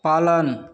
पालन